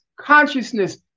consciousness